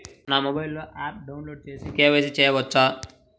నా మొబైల్లో ఆప్ను డౌన్లోడ్ చేసి కే.వై.సి చేయచ్చా?